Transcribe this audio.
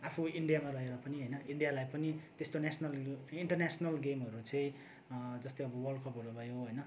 आफू इन्डियामा रहेर पनि होइन इन्डियालाई पनि त्यस्तो नेसनल इन्टरनेसनल गेमहरू चाहिँ जस्तै अब वर्ल्ड कपहरू भयो होइन